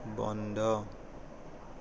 বন্ধ